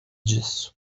disso